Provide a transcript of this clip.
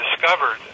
discovered